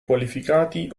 qualificati